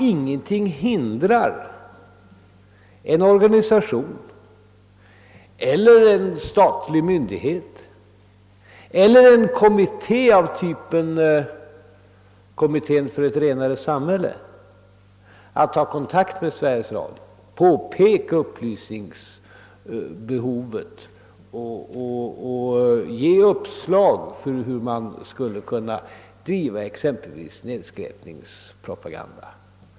Ingenting hindrar ju en organisation, en statlig myndighet eller en kommitté av typen »Kommittén för ett renare samhälle» att ta kontakt med Sveriges Radio för att påpeka upplysningsbehovet och lämna uppslag om hur man skall kunna driva propaganda mot nedskräpning.